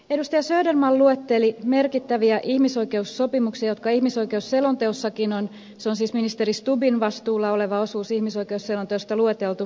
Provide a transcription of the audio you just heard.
söderman luetteli merkittäviä ihmisoikeussopimuksia jotka ihmisoikeusselonteossakin on se on siis ministeri stubbin vastuulla oleva osuus ihmisoikeusselonteosta lueteltu